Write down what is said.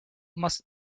must